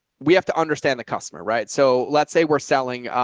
we have to understand the customer, right? so let's say we're selling, ah,